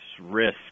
risk